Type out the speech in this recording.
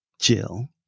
jill